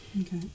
Okay